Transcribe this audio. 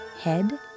head